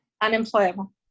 unemployable